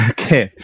Okay